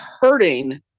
hurting